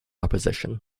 opposition